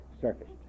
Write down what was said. surfaced